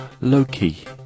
Loki